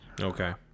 Okay